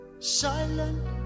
Silent